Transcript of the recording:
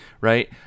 right